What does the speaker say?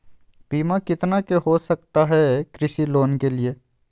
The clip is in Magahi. बीमा कितना के हो सकता है कृषि लोन के लिए?